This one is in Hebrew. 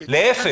להיפך,